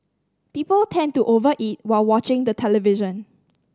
people tend to over eat while watching the television